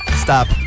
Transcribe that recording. stop